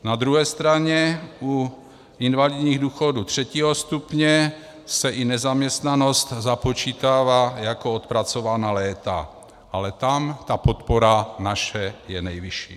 Na druhé straně u invalidních důchodů 3. stupně se i nezaměstnanost započítává jako odpracovaná léta, ale tam ta podpora naše je nejvyšší.